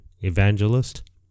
evangelist